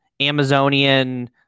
Amazonian